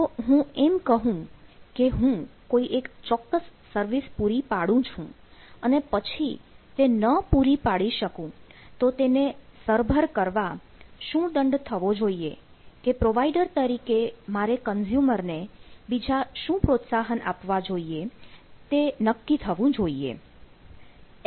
જો હું એમ કહું કે હું કોઈ એક ચોક્કસ સર્વિસ પૂરી પાડું છું અને પછી તે ન પૂરી પાડી શકું તો તેને સરભર કરવા શું દંડ થવો જોઈએ કે પ્રોવાઇડર તરીકે મારે કન્ઝ્યુમર ને બીજા શું પ્રોત્સાહન આપવા જોઈએ તે નક્કી થવું જોઈએ